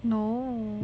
no